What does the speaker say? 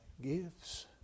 gives